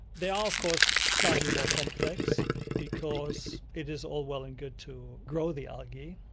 they are of course slightly more complex because it is all well and good to grow the algae,